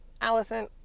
Allison